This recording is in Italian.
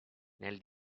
nel